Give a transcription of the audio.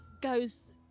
goes